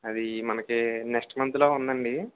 అది మనకి నెక్స్ట్ మంతులో ఉందండి